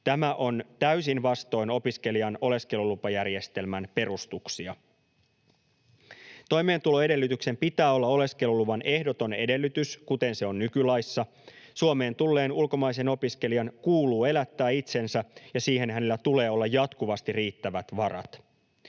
Tämä on täysin vastoin opiskelijan oleskelulupajärjestelmän perustuksia. Toimeentuloedellytyksen pitää olla oleskeluluvan ehdoton edellytys, kuten se on nykylaissa. Suomeen tulleen ulkomaisen opiskelijan kuuluu elättää itsensä, ja siihen hänellä tulee olla jatkuvasti riittävät varat.